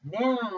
now